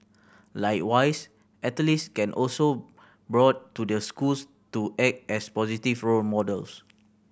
likewise athletes can also brought to the schools to act as positive role models